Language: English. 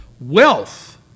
Wealth